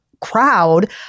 crowd